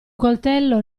coltello